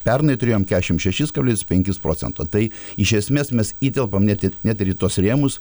pernai turėjom kešim šešis kablis penkis procento tai iš esmės mes įtelpam net į net ir į tuos rėmus